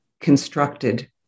constructed